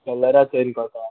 कलरा चोयन कोता